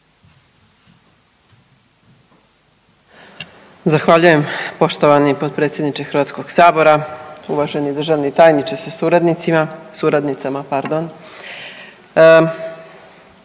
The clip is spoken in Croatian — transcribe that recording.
vam lijepo poštovani potpredsjedniče Hrvatskoga sabora. Uvaženi državni tajniče, ravnateljice